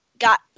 got